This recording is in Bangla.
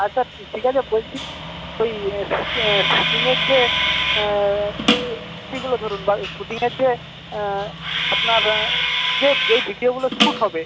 আচ্ছা ঠিক আছে বলছি ওই শ্যুটি শ্যুটিংয়ের যে ধরুন বা শ্যুটিংয়ের যে আপনার যে যেই ভিডিওগুলো শ্যুট হবে